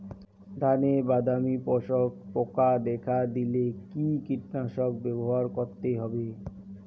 ধানে বাদামি শোষক পোকা দেখা দিলে কি কীটনাশক ব্যবহার করতে হবে?